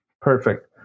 Perfect